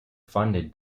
funded